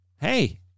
hey